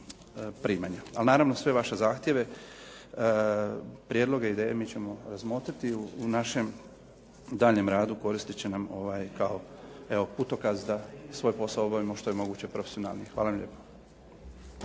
primanja. Ali naravno sve vaše zahtjeve, prijedloge i ideje mi ćemo razmotriti, u našem daljnjem radu koristiti će nam kao putokaz da svoj posao obavimo što je moguće profesionalnije. Hvala vam lijepo.